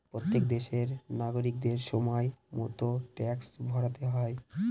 প্রত্যেক দেশের নাগরিকদের সময় মতো ট্যাক্স ভরতে হয়